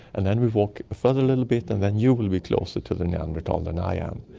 and then we walk further a little bit and then you will be closer to the neanderthal than i am.